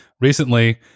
recently